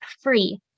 Free